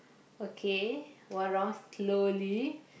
okay one round slowly